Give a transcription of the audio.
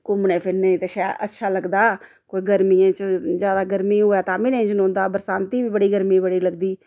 घूमने फिरने गी ते शैल अच्छा लगदा कोई गर्मीियें च ज्यादा गर्मी होऐ ताम्मी नेईं चलोंदा बरसांती बी बड़ी गर्मी बड़ी लगदी